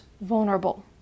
vulnerable